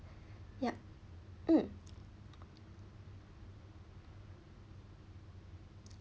yup mm